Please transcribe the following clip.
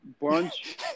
bunch